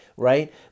right